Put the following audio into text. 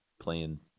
playing